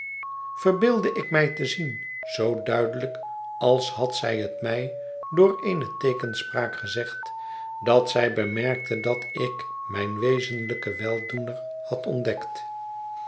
verbeeldde ik mij te zien zoo duidelijk als had zij het mij door eene teekenspraak gezegd dat zij bemerkte dat ik mijn wezenhjken weldoeher had ontdekt